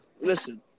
listen